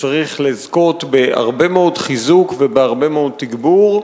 שצריך לזכות בהרבה מאוד חיזוק ותגבור,